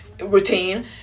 routine